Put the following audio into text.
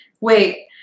Wait